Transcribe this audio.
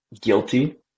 guilty